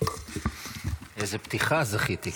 לאיזו פתיחה זכיתי.